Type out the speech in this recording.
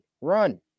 run